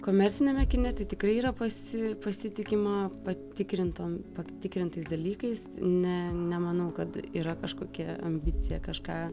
komerciniame kine tikrai yra pasi pasitikima patikrintom patikrintais dalykais ne nemanau kad yra kažkokia ambicija kažką